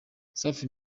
safi